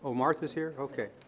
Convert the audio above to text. martha's here, okay.